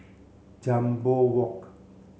Jambol Walk